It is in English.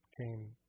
came